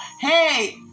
Hey